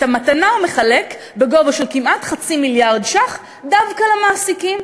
את המתנה הוא מחלק בגובה של כמעט חצי מיליארד שקל דווקא למעסיקים,